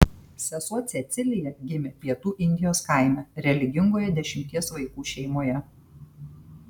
sesuo cecilija gimė pietų indijos kaime religingoje dešimties vaikų šeimoje